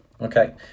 Okay